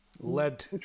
Led